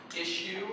issue